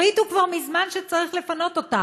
החליטו כבר מזמן שצריך לפנות אותה,